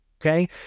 Okay